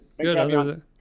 Good